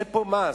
אין פה מס,